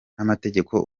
n’amategeko